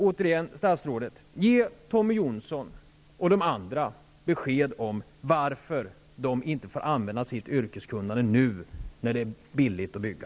Återigen, statsrådet: Ge Tommy Johnsson och de andra besked om varför de inte får använda sitt yrkeskunnande nu när det är billigt att bygga!